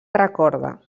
recorda